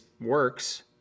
works